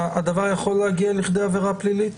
הדבר יכול להגיע לכדי עבירה פלילית?